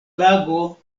lago